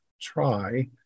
try